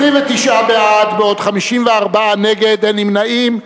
29 בעד, 54 נגד, אין נמנעים.